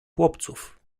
chłopców